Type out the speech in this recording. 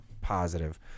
positive